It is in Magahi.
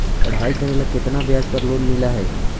पढाई करेला केतना ब्याज पर लोन मिल हइ?